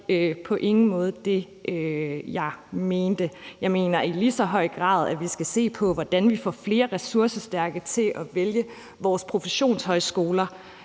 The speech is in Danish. på ingen måde det, jeg mente. Jeg mener, at vi i lige så høj grad skal se på, hvordan vi får flere ressourcestærke studerende til at vælge vores professionshøjskoler.